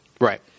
Right